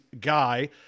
guy